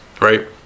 right